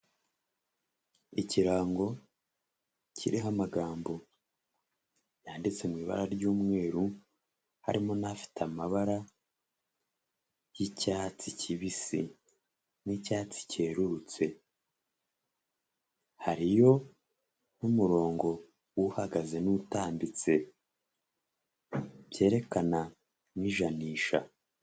Ikirango kiriho amagambo yanditse mu ibara ry'umweru harimo n'afite amabara y'icyatsi kibisi n'icyatsi cyerurutse, hariyo nk'umurongo uhagaze n'utambitse byerekana n'ijanisha.